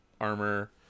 armor